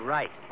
Right